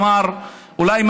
הוא אמר: אולי,